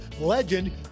legend